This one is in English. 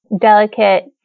delicate